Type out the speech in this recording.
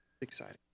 Exciting